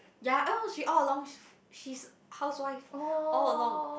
ya oh she all along she she's housewife all along